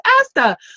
Asta